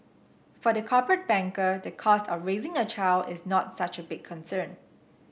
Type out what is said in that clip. for the corporate banker the cost of raising a child is not such a big concern